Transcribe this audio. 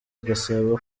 agasaba